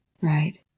Right